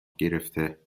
گرفته